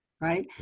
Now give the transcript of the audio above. right